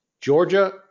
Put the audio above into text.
Georgia